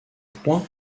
point